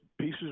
pieces